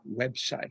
website